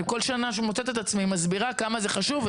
כל שנה אני מוצאת את עצמי מסבירה כמה זה חשוב,